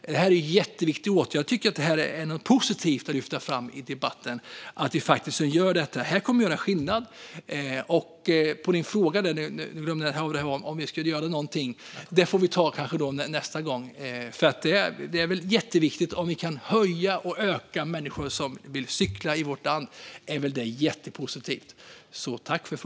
Det är en jätteviktig åtgärd, och jag tycker att det är någonting positivt att lyfta fram i debatten att vi faktiskt gör detta, för det kommer att göra skillnad. Ledamotens fråga på slutet glömde jag. Det får vi kanske ta nästa gång. Det är ju jätteviktigt och positivt att antalet människor som vill cykla i vårt land ökar.